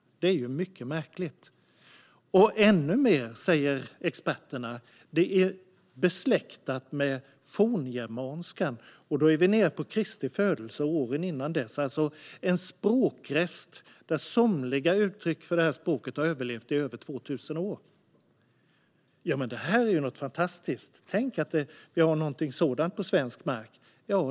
Det är mycket märkligt. Experterna säger att det är besläktat med forngermanskan, och då är vi nere vid tiden för Kristi födelse och åren innan dess. Det är alltså en språkrest där somliga utryck för det här språket har överlevt i över 2 000 år. Det här är ju något fantastiskt - tänk att vi har någonting sådant på svensk mark!